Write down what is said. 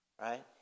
right